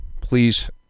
please